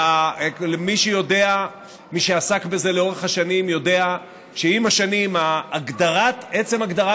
מי שעסק בזה לאורך השנים יודע שעם השנים עצם הגדרת